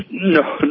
No